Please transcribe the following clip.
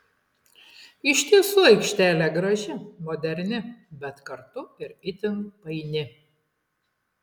iš tiesų aikštelė graži moderni bet kartu ir itin paini